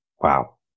wow